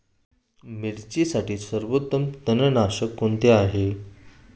मिरचीसाठी सर्वोत्तम तणनाशक कोणते आहे?